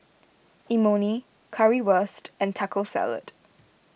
Imoni Currywurst and Taco Salad